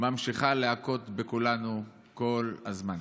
ממשיכים להכות בכולנו כל הזמן.